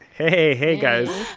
hey, hey guys.